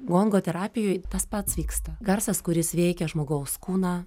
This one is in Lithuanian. gongo terapijoj tas pats vyksta garsas kuris veikia žmogaus kūną